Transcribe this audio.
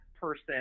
person